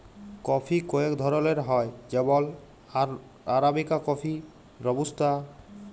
coffee কয়েক ধরলের হ্যয় যেমল আরাবিকা কফি, রবুস্তা